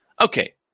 okay